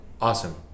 awesome